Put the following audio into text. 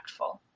impactful